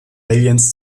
aliens